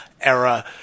era